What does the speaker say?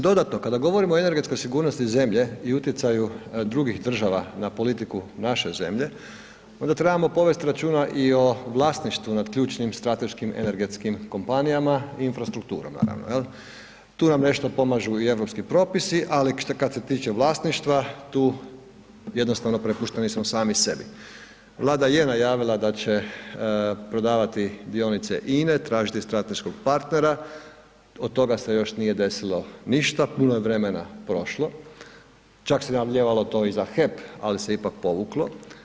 Dodatno, kada govorimo o energetskoj sigurnosti zemlje i utjecaju drugih država na politiku naše zemlje onda trebamo povest računa i o vlasništvu nad ključnim strateškim energetskim kompanijama i infrastrukturom naravno jel, tu nam nešto pomažu i europski propisi, ali kad se tiče vlasništva tu jednostavno prepušteni smo sami sebi, Vlada je najavila da će prodavati dionice INA-e, tražiti strateškog partnera, od toga se još nije desilo ništa, puno je vremena prošlo, čak se najavljivalo to i za HEP, ali se ipak povuklo.